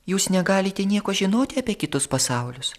jūs negalite nieko žinoti apie kitus pasaulius